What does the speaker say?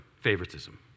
favoritism